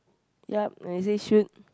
yup I said shoot